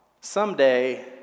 someday